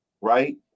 right